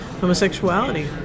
homosexuality